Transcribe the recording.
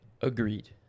agreed